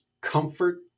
comfort